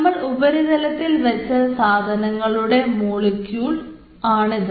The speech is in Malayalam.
നമ്മൾ ഉപരിതലത്തിൽ വെച്ച സാധനങ്ങളുടെ മോളിക്യൂൾ ആണിത്